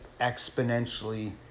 exponentially